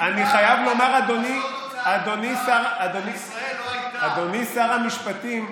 אדוני שר המשפטים,